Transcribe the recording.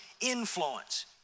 influence